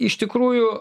iš tikrųjų